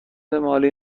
مالی